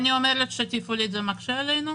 אני אומרת שתפעולית זה מקשה עלינו.